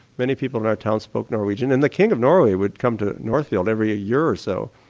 many people in our town spoke norwegian and the king of norway would come to northfield every ah year or so.